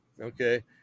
okay